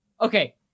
Okay